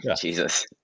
Jesus